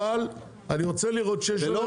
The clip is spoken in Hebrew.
אבל אני רוצה לראות שיש להם אלטרנטיבה.